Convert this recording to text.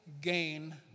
gain